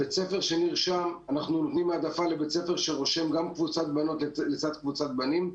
אנחנו נותנים העדפה לבית ספר שרושם גם קבוצת בנות לצד קבוצת בנים,